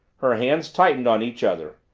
her hands tightened on each other.